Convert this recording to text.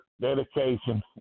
dedication